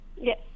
yes